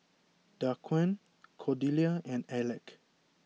Daquan Cordelia and Aleck